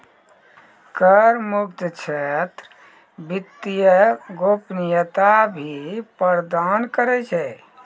कर मुक्त क्षेत्र वित्तीय गोपनीयता भी प्रदान करै छै